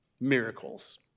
Miracles